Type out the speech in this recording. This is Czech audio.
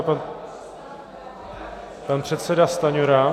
Pan předseda Stanjura.